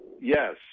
Yes